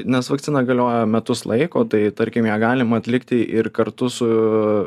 nes vakcina galioja metus laiko tai tarkim ją galima atlikti ir kartu su